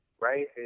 right